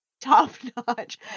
top-notch